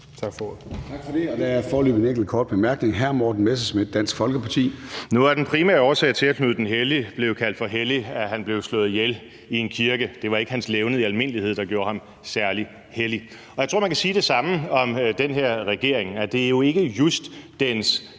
Tak for det.